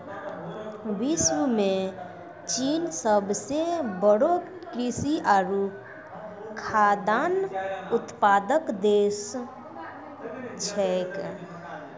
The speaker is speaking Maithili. विश्व म चीन सबसें बड़ो कृषि आरु खाद्यान्न उत्पादक देश छिकै